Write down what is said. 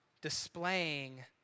displaying